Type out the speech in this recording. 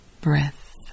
breath